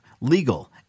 legal